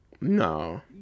No